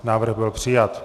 Návrh byl přijat.